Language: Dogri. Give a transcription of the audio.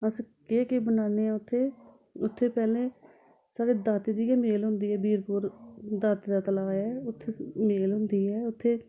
अस केह् केह् बनाने आं उत्थै उत्थै पैह्लें साढ़े दाते दी गै मेल होंदी बीरपूर दाते दा तलाऽ ऐ उत्थै मेल होंदी ऐ